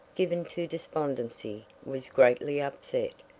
given to despondency, was greatly upset,